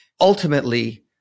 Ultimately